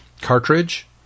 cartridge